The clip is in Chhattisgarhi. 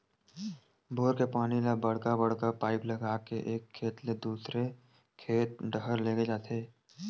बोर के पानी ल बड़का बड़का पाइप लगा के एक खेत ले दूसर खेत डहर लेगे जाथे